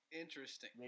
Interesting